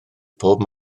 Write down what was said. pob